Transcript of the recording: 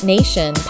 Nation